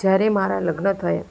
જ્યારે મારા લગ્ન થયા